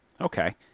Okay